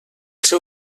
seu